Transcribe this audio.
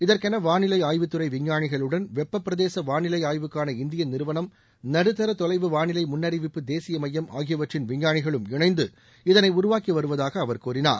இதற்கென வானிலை ஆய்வுத்துறை விஞ்ஞானிகளுடன் வெப்ப பிரதேச வானிலை ஆய்வுக்கான இந்திய நிறுவனம் நடுத்தர தொலைவு வாளிலை முன்னறிவிப்பு தேசிய எமயம் ஆகியவற்றின் விஞ்ஞானிகளும் இணைந்து இதனை உருவாக்கி வருவதாக அவர் கூறினார்